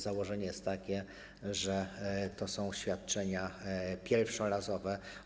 Założenie jest takie, że to są świadczenia pierwszorazowe.